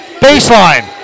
baseline